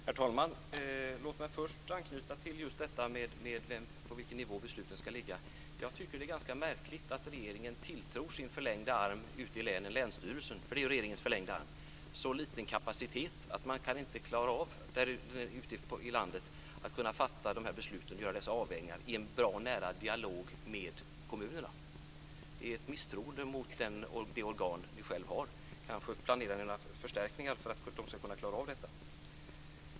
Herr talman! Låt mig först anknyta till frågan om på vilken nivå besluten ska ligga. Jag tycker att det är ganska märkligt att regeringen tilltror sin förlängda arm ute i länen - länsstyrelsen - så liten kapacitet att man inte kan klara av att fatta dessa beslut och göra dessa avvägningar i bra och nära dialog med kommunerna. Det är ett misstroende mot ert eget organ. Kanske planerar ni några förstärkningar för att de ska kunna klara av detta.